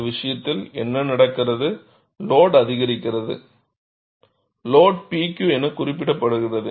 இந்த விஷயத்தில் என்ன நடக்கிறது லோடுஅதிகரிக்கிறது லோடு P Q என குறிப்பிடப்படுகிறது